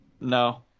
No